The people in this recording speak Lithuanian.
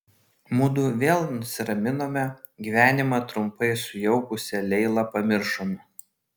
mudu vėl nusiraminome gyvenimą trumpai sujaukusią leilą pamiršome